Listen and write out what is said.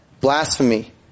blasphemy